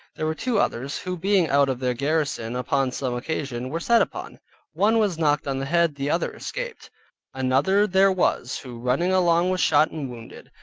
there were two others, who being out of their garrison upon some occasion were set upon one was knocked on the head, the other escaped another there was who running along was shot and wounded,